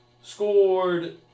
scored